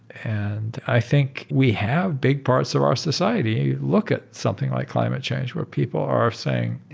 and i think we have big parts of our society look at something like climate change where people are saying,